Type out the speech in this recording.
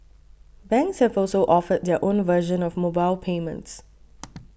banks have also offered their own version of mobile payments